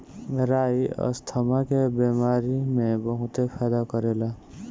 राई asthma के बेमारी में बहुते फायदा करेला